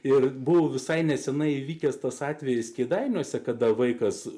ir buvo visai neseniai įvykęs tas atvejis kėdainiuose kada vaikas